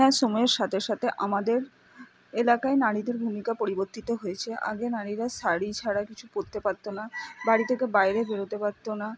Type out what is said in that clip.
হ্যাঁ সময়ের সাথে সাথে আমাদের এলাকায় নারীদের ভূমিকা পরিবর্তিত হয়েছে আগে নারীরা শাড়ি ছাড়া কিছু পরতে পারতো না বাড়ি থেকে বাইরে বেরোতে পারতো না